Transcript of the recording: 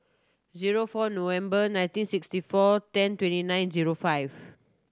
zero four November nineteen sixty four ten twenty nine zero five